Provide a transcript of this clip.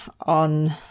on